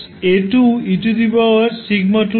এখানে Is 4